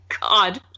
God